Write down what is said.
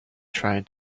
trying